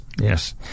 Yes